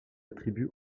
attribue